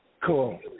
cool